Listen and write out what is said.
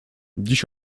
dziś